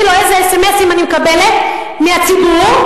לו איזה אס.אם.אסים אני מקבלת מהציבור,